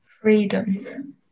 Freedom